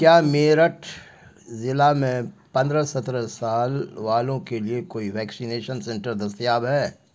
کیا میرٹھ ضلع میں پندرہ سترہ سال والوں کے لیے کوئی ویکشینیشن سنٹر دستیاب ہے